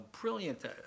Brilliant